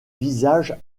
visage